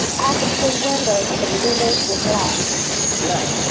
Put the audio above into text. i could see windows but the windows were black black?